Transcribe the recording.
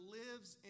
lives